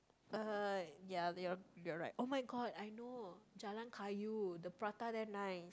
uh ya you're you're right oh-my-god I know Jalan-Kayu the prata there nice